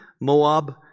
Moab